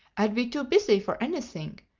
i'd be too busy for anything.